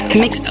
mix